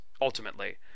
ultimately